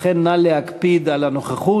לכן נא להקפיד על הנוכחות.